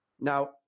Now